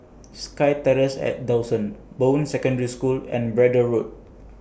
Sky Terrace At Dawson Bowen Secondary School and Braddell Road